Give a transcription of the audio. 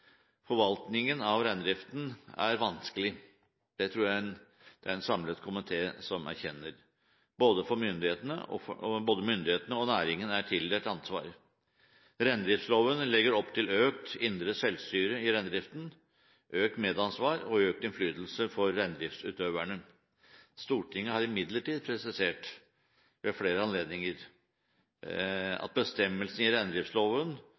Forvaltningen av reindriften er vanskelig. Det tror jeg det er en samlet komité som erkjenner. Både myndighetene og næringen er tildelt ansvar. Reindriftsloven legger opp til økt indre selvstyre i reindriften, økt medansvar og økt innflytelse for reindriftsutøverne. Stortinget har imidlertid presisert ved flere anledninger at bestemmelsen i reindriftsloven